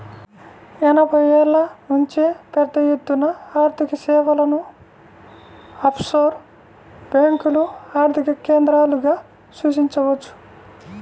ఎనభైల నుంచే పెద్దఎత్తున ఆర్థికసేవలను ఆఫ్షోర్ బ్యేంకులు ఆర్థిక కేంద్రాలుగా సూచించవచ్చు